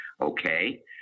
okay